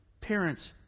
parents